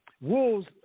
Wolves